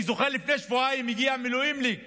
אני זוכר שלפני שבועיים הגיע מילואימניק